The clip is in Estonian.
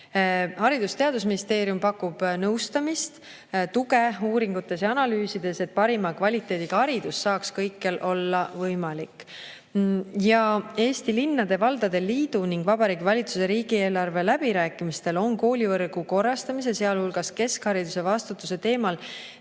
Haridus- ja Teadusministeerium pakub nõustamist, tuge uuringutes ja analüüsides, et parima kvaliteediga haridus saaks kõikjal olla võimalik. Eesti Linnade ja Valdade Liidu ning Vabariigi Valitsuse riigieelarve läbirääkimistel on koolivõrgu korrastamise, sealhulgas keskhariduse vastutuse teemal